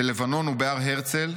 בלבנון ובהר הרצל,